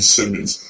Simmons